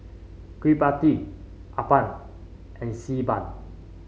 Kueh Pie Tee appam and Xi Ban